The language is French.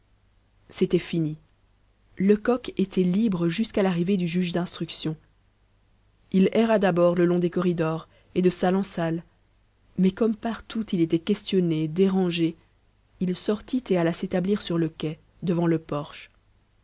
c'était fini lecoq était libre jusqu'à l'arrivée du juge d'instruction il erra d'abord le long des corridors et de salle en salle mais comme partout il était questionné dérangé il sortit et alla s'établir sur le quai devant le porche